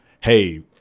hey